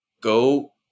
Go